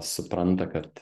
supranta kad